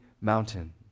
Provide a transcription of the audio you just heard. mountain